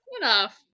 Enough